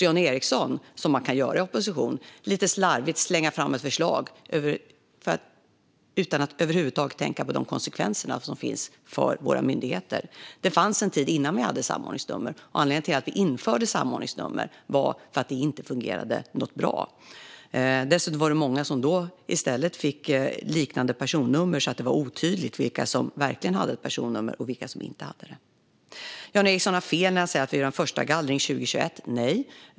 Jan Ericson slänger här lite slarvigt fram, som man kan göra i opposition, ett förslag utan att över huvud taget tänka på konsekvenserna för våra myndigheter. Det fanns en tid innan vi hade samordningsnummer. Anledningen till att vi införde samordningsnummer var att det inte fungerade bra. Dessutom var det många som då i stället fick liknande personnummer, så att det blev otydligt vilka som verkligen hade ett personnummer och vilka som inte hade det. Jan Ericson har fel när han säger att vi gör en första gallring 2021.